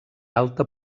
alta